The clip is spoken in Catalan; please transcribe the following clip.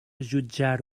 jutjar